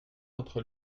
entre